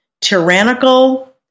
tyrannical